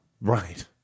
Right